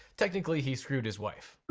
technically, he screwed his wife.